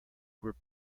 were